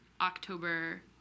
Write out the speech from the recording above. October